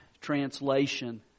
translation